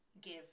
give